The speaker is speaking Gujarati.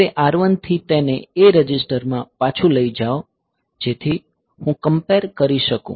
હવે R1 થી તેને A રજિસ્ટરમાં પાછું લઈ જાઓ જેથી હું કમ્પેર કરી શકું